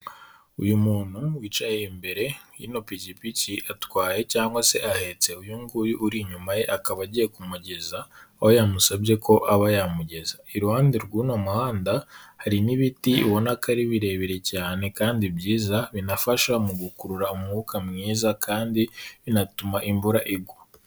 Uyu muntu wicaye imbere yino pipiki, atwaye cyangwa se ahetse uyu nguyu uri inyuma ye, akaba agiye kumugeza aho yamusabye ko aba yamugeza, iruhande rw'uno muhanda hari n'ibiti ibona atari ari birebire cyane kandi byiza, binafasha mu gukurura umwuka mwiza kandi binatuma imvura igwa.